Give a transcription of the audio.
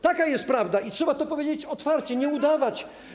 Taka jest prawda i trzeba to powiedzieć otwarcie, nie udawać.